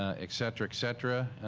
ah etc, etc.